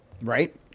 right